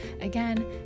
again